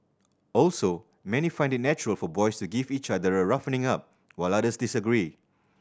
also many find it natural for boys to give each other a roughening up while others disagree